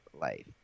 life